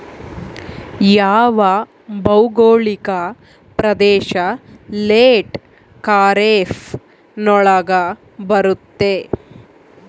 ಯಾವ ಭೌಗೋಳಿಕ ಪ್ರದೇಶ ಲೇಟ್ ಖಾರೇಫ್ ನೊಳಗ ಬರುತ್ತೆ?